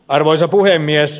arvoisa puhemies